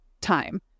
time